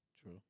True